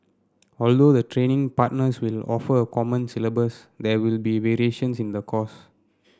although the training partners will offer a common syllabus there will be variations in the course